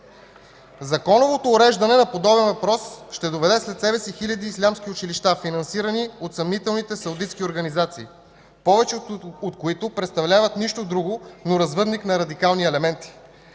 Законовото уреждане на подобен въпрос ще доведе след себе си хиляди ислямски училища, финансирани от съмнителните саудитски организации, повечето от които представляват нищо друго, но развъдник на радикални елементи.